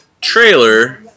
trailer